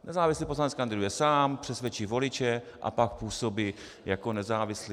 Nezávislý poslanec kandiduje sám, přesvědčí voliče a pak působí jako nezávislý.